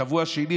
שבוע שני,